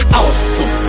awesome